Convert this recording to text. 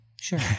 sure